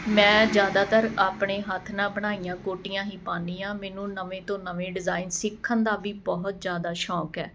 ਮੈਂ ਜ਼ਿਆਦਾਤਰ ਆਪਣੇ ਹੱਥ ਨਾਲ ਬਣਾਈਆਂ ਕੋਟੀਆਂ ਹੀ ਪਾਉਂਦੀ ਹਾਂ ਮੈਨੂੰ ਨਵੇਂ ਤੋਂ ਨਵੇਂ ਡਿਜ਼ਾਇਨ ਸਿੱਖਣ ਦਾ ਵੀ ਬਹੁਤ ਜ਼ਿਆਦਾ ਸ਼ੌਂਕ ਹੈ